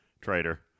traitor